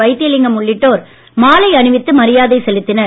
வைத்திலிங்கம் உள்ளிட்டோர் மாலை அணிவித்து மரியாதை செலுத்தினர்